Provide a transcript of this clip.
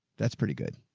that's pretty good.